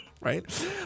Right